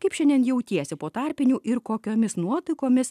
kaip šiandien jautiesi po tarpinių ir kokiomis nuotaikomis